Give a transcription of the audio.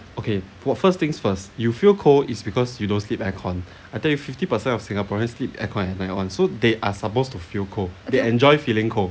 okay 我 first things first you feel cold it's because you don't sleep air-con I tell you fifty percent of singaporeans sleep air-con and fan on so they are supposed to feel cold they enjoy feeling cold